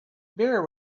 beer